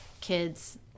kids